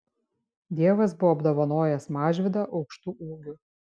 dievas buvo apdovanojęs mažvydą aukštu ūgiu